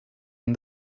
han